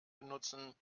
benutzen